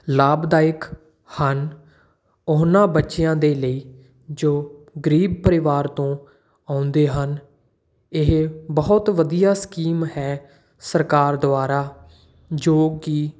ਲਾਭਦਾਇਕ ਹਨ ਉਹਨਾਂ ਬੱਚਿਆਂ ਦੇ ਲਈ ਜੋ ਗਰੀਬ ਪਰਿਵਾਰ ਤੋਂ ਆਉਂਦੇ ਹਨ ਇਹ ਬਹੁਤ ਵਧੀਆ ਸਕੀਮ ਹੈ ਸਰਕਾਰ ਦੁਆਰਾ ਜੋ ਕਿ